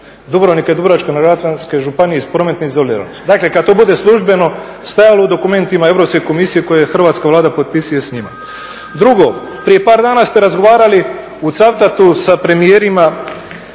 Dubrovnika i Dubrovačko-neretvanske županije iz prometne izoliranosti. Dakle kada to bude službeno stajalo u dokumentima Europske komisije koje je hrvatska Vlada potpisuje s njima. Drugo. Prije par dana ste razgovarali u Cavtatu sa premijerima